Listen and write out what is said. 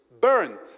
burnt